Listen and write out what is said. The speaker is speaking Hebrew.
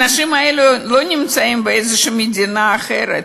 האנשים האלה לא נמצאים באיזושהי מדינה אחרת,